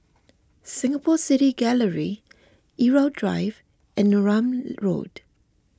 Singapore City Gallery Irau Drive and Neram Road